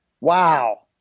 wow